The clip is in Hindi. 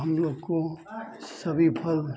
हम लोग को सभी फल